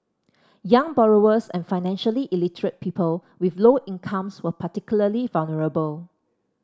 young borrowers and financially illiterate people with low incomes were particularly vulnerable